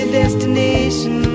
destination